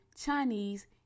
Chinese